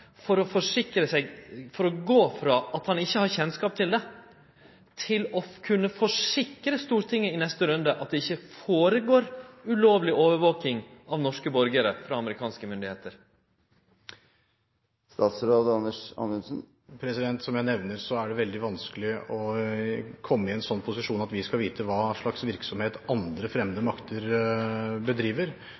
for å gå frå at han ikkje har kjennskap til det, til å kunne forsikre Stortinget i neste runde om at det ikkje føregår ulovleg overvaking av norske borgarar frå amerikanske myndigheiter? Som jeg nevner, er det veldig vanskelig å komme i en slik posisjon at vi kan vite hva slags virksomhet andre fremmede makter bedriver.